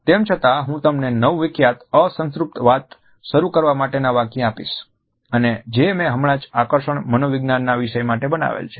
તેમ છતાં હું તમને 9 વિખ્યાત અસંતૃપ્ત વાત શરુ કરવા માટે ના વાક્ય આપીશ અને જે મેં હમણાં જ આકર્ષણ મનોવિજ્ઞાન ના વિષય માટે બનાવેલ છે